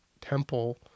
temple